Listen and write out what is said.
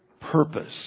purpose